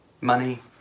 money